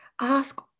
Ask